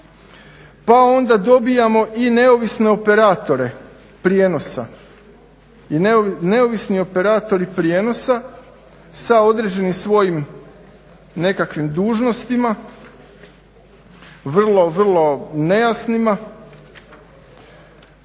prijenosa i neovisni operatori prijenosa sa određenim svojim nekakvim dužnostima vrlo nejasnima